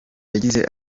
yagize